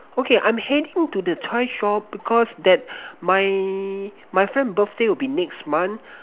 okay I'm heading to the toy shop because that my my friend birthday will be next month